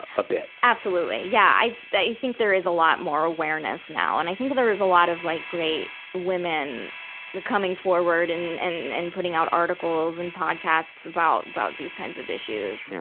a bit. absolutely. yeah. i, i think there is a lot more awareness now. and i think there is a lot of like great women coming forward and, and, and putting out articles and podcasts about, about these kinds of issues. yeah.